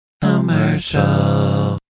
Commercial